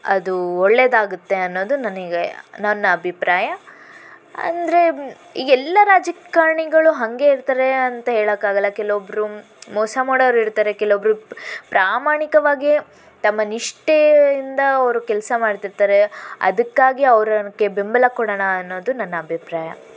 ಅದು ಒಳ್ಳೆಯದಾಗತ್ತೆ ಅನ್ನೋದು ನನಗೆ ನನ್ನ ಅಭಿಪ್ರಾಯ ಅಂದರೆ ಎಲ್ಲ ರಾಜಕಾರಣಿಗಳು ಹಾಗೇ ಇರ್ತಾರೆ ಅಂತ ಹೇಳೋಕ್ಕಾಗಲ್ಲ ಕೆಲವೊಬ್ಬರು ಮೋಸ ಮಾಡೋರು ಇರ್ತಾರೆ ಕೆಲವೊಬ್ಬರು ಪ್ರಾಮಾಣಿಕವಾಗಿಯೇ ತಮ್ಮ ನಿಷ್ಠೆಯಿಂದ ಅವರು ಕೆಲಸ ಮಾಡ್ತಿರ್ತಾರೆ ಅದಕ್ಕಾಗಿ ಅವ್ರಗೆ ಬೆಂಬಲ ಕೊಡೋಣ ಅನ್ನೋದು ನನ್ನ ಅಭಿಪ್ರಾಯ